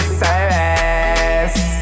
service